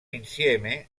insieme